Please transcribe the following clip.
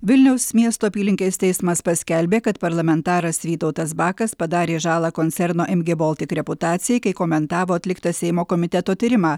vilniaus miesto apylinkės teismas paskelbė kad parlamentaras vytautas bakas padarė žalą koncerno mg baltic reputacijai kai komentavo atliktą seimo komiteto tyrimą